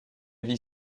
vie